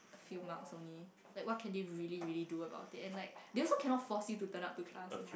a few marks only like what can they really really do about it and like they also cannot force you to turn up to class you know